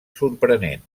sorprenent